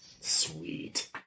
Sweet